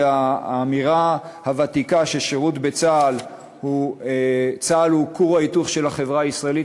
והאמירה הוותיקה שצה"ל הוא כור ההיתוך של החברה הישראלית,